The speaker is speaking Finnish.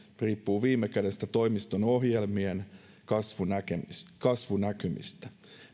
riippuu viime kädessä toimiston ohjelmien kasvunäkymistä kasvunäkymistä